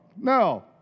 No